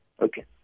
Okay